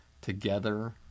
Together